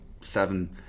seven